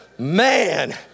Man